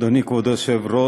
אדוני, כבוד היושב-ראש,